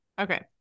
Okay